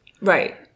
right